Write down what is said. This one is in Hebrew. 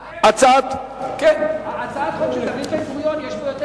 בהצעת החוק של דוד בן-גוריון יש יותר